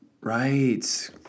Right